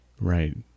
Right